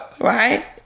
right